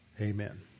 amen